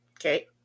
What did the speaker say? Okay